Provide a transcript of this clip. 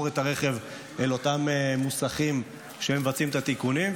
את הרכב אל אותם מוסכים שמבצעים את התיקונים,